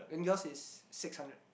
then yours is six hundred